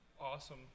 awesome